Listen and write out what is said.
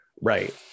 right